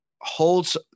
holds